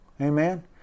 amen